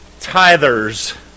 tithers